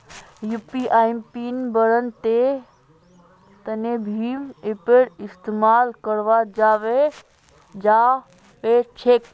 UPI PIN बन्वार तने भीम ऐपेर इस्तेमाल कराल जावा सक्छे